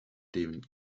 den